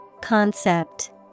Concept